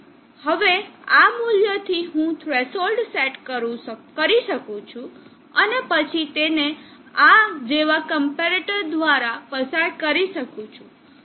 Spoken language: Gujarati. હવે આ મૂલ્ય થી હું થ્રેશોલ્ડ સેટ કરી શકું છું અને પછી તેને આ જેવા ક્મ્પેરેટર દ્વારા પસાર કરી શકું છું